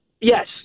yes